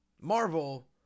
Marvel